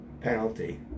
penalty